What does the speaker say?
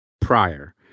prior